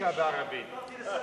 שקשוקה בערבית.